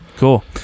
Cool